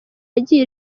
yagiye